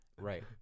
Right